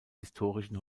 historischen